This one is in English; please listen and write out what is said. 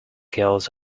girls